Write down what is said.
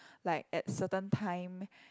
like at certain time